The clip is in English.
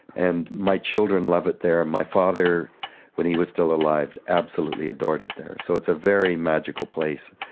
and my children love it there, my father when he was still alive absolutely adored it there. so it's a very magical place.